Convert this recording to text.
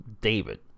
David